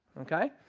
Okay